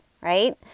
right